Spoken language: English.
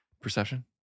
perception